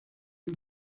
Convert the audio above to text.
you